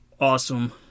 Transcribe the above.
awesome